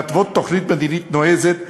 להתוות תוכנית מדינית נועזת,